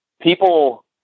People